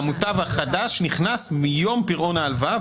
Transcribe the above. והמוטב החדש נכנס מיום פירעון ההלוואה,